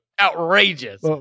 outrageous